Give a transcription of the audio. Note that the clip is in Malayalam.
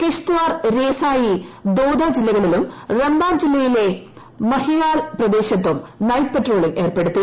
കിഷ്ത്വാർ രേസായി ദോദ ജില്ലകളിലും റമ്പാൻ ജില്ലയിട്ട്ല് ബഹിഹാൽ പ്രദേശത്തും നൈറ്റ് പട്രോളിംഗ് ഏർപ്പെടുത്തി